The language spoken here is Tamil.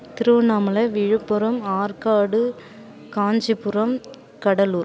திருவண்ணாமலை விழுப்புரம் ஆற்காடு காஞ்சிபுரம் கடலூர்